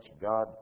God